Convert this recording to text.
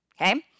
Okay